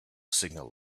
signal